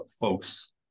folks